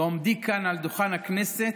בעומדי כאן, על דוכן הכנסת,